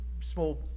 small